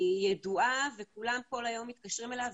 היא ידועה וכולם כל היום מתקשרים אליה.